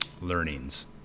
Learnings